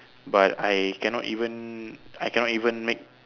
but I cannot even I cannot even make